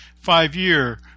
five-year